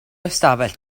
ystafell